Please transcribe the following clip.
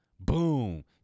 Boom